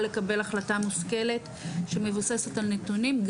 לקבל החלטה מושכלת שמבוססת על נתונים,